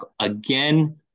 again